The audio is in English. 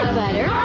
butter